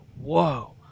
whoa